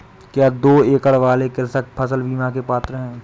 क्या दो एकड़ वाले कृषक फसल बीमा के पात्र हैं?